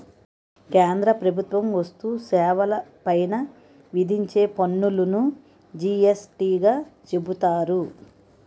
కేంద్ర ప్రభుత్వం వస్తు సేవల పైన విధించే పన్నులును జి యస్ టీ గా చెబుతారు